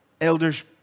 elders